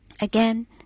again